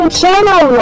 channel